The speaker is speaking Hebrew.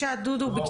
שלום.